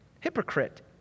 Hypocrite